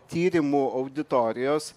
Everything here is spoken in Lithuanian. tyrimų auditorijos